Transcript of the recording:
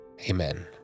Amen